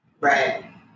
Right